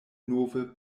nove